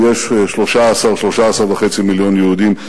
ויש 13 13.5 מיליון יהודים.